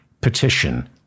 petition